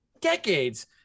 Decades